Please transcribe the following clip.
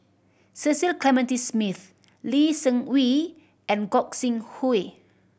Cecil Clementi Smith Lee Seng Wee and Gog Sing Hooi